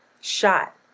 shot